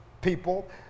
people